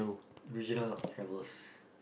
regional travels